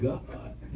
God